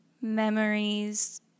memories